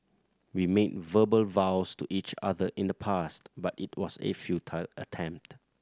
we made verbal vows to each other in the past but it was a futile attempt